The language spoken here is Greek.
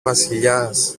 βασιλιάς